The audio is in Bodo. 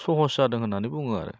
सहस जादों होननानै बुङो आरो